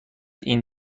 این